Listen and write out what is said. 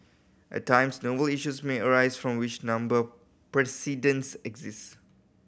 at times novel issues may arise from which number precedents exist